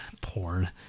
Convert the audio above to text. porn